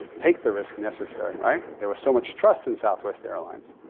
take the risk necessary. right. there was so much trust in southwest airlines